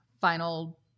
final